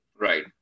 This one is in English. Right